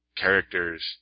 characters